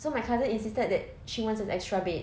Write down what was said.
so my cousin insisted that she wants an extra bed